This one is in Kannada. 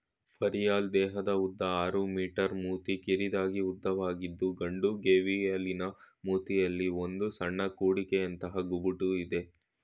ಘರಿಯಾಲ್ ದೇಹದ ಉದ್ದ ಆರು ಮೀ ಮೂತಿ ಕಿರಿದಾಗಿ ಉದ್ದವಾಗಿದ್ದು ಗಂಡು ಗೇವಿಯಲಿನ ಮೂತಿಯಲ್ಲಿ ಒಂದು ಸಣ್ಣ ಕುಡಿಕೆಯಂಥ ಗುಬುಟು ಇದೆ